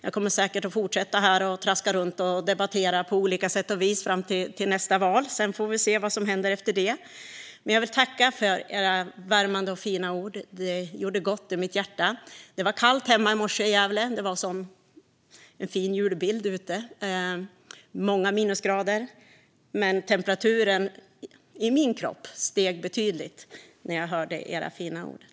Jag kommer säkert att fortsätta traska runt här och debattera på olika sätt och vis fram till nästa val. Sedan får vi se vad som händer efter det. Jag vill tacka för era värmande och fina ord. De gjorde gott i mitt hjärta. Det var kallt hemma i Gävle i morse. Det var som en fin julbild ute med många minusgrader, men temperaturen i min kropp steg betydligt när jag hörde era fina ord.